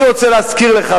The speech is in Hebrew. אני רוצה להזכיר לך,